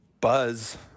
buzz